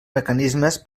mecanismes